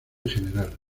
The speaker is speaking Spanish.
general